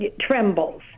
trembles